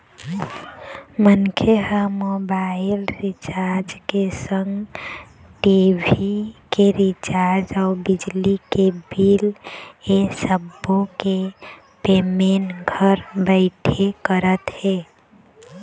मनखे ह mobile recharge के संग टी.भी के रिचार्ज अउ बिजली के बिल ऐ सब्बो के पेमेंट घर बइठे करत हे